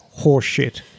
horseshit